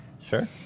Sure